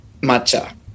matcha